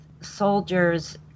soldiers